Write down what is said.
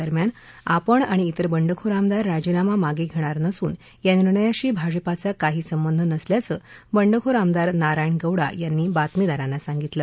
दरम्यान आपण आणि इतर बंडखोर आमदार राजीनामा मागे घेणार नसून या निर्णयाशी भाजपाचा काही संबंध नसल्याचं बंडखोर आमदार नारायण गौडा यांनी बातमीदारांना सांगितलं